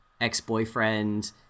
ex-boyfriend